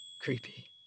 Creepy